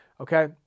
Okay